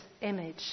image